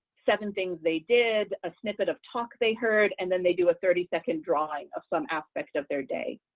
seven things they did, a snippet of talks they heard, and then they do a thirty second drawing of some aspect of their day,